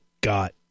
got